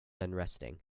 unresting